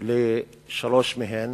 לשלוש מהן.